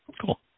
cool